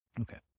Okay